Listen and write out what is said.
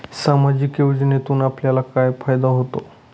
सामाजिक योजनेतून आपल्याला काय फायदा होतो?